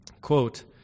Quote